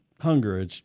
Hunger